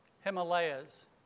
Himalayas